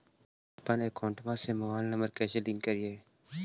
हमपन अकौउतवा से मोबाईल नंबर कैसे लिंक करैइय?